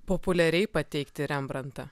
populiariai pateikti rembrantą